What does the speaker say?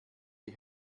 die